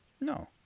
No